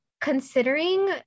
Considering